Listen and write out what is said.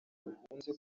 bikunze